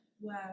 wow